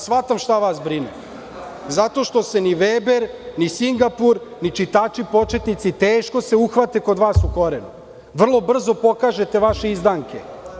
Shvatam ja šta vas brine, zato što se ni Veber ni Singapur, ni čitači početnici, teško se uhvate kod vas u koren, vrlo brzo pokažete vaše izdanke?